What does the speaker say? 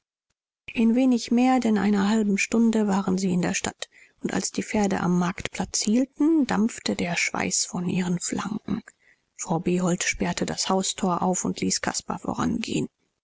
in wenig mehr denn einer halben stunde waren sie in der stadt und als die pferde am marktplatz hielten dampfte der schweiß von ihren flanken frau behold sperrte das haustor auf und ließ caspar vorangehen